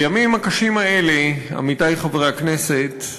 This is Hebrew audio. בימים הקשים האלה, עמיתי חברי הכנסת,